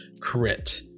Crit